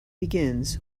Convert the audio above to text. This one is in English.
begins